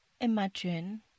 imagine